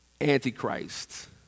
antichrist